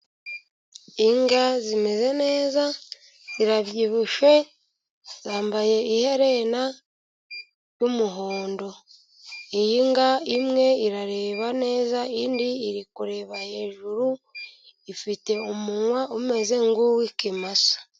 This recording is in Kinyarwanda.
Inka zimeze neza zirabyibushye， zambaye iherena ry'umuhondo. Iyi nka imwe irareba neza， indi iri kureba hejuru，ifite umunwa umeze nk'uw'ikimasa.